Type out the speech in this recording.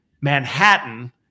Manhattan